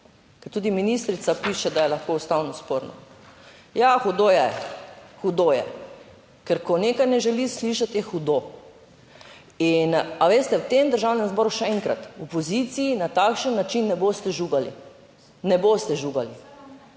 ker tudi ministrica piše, da je lahko ustavno sporno. Ja, hudo je, hudo je, ker ko nekaj ne želi slišati, je hudo. In a veste, v tem Državnem zboru, še enkrat, opoziciji na takšen način ne boste žugali. Ne boste žugali.